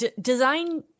Design